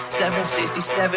767